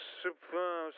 super